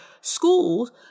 schools